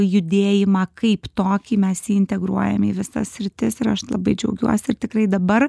judėjimą kaip tokį mes jį integruojami į visas sritis ir aš labai džiaugiuosi ir tikrai dabar